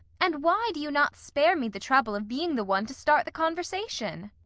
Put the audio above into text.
and why do you not spare me the trouble of being the one to start the conversation?